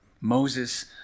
Moses